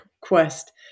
quest